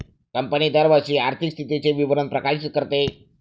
company दरवर्षी आर्थिक स्थितीचे विवरण प्रकाशित करते